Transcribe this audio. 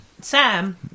Sam